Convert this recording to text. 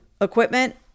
equipment